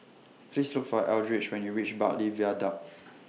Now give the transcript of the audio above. Please Look For Eldridge when YOU REACH Bartley Viaduct